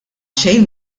xejn